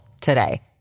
today